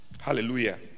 Hallelujah